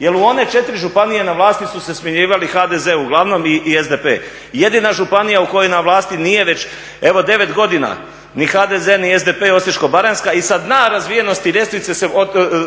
jer u one četiri županije na vlasti su se smjenjivale HDZ uglavnom i SDP. Jedina županija u kojoj na vlasti nije već evo 9 godina ni HDZ ni SDP je Osječko-baranjska i sa dna razvijenosti ljestvice